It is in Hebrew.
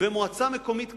במועצה מקומית קטנה,